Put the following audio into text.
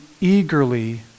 eagerly